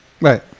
Right